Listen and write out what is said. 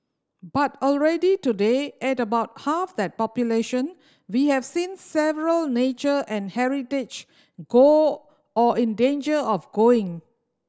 but already today at about half that population we have seen several nature and heritage go or in danger of going